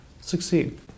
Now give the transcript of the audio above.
succeed